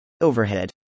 Overhead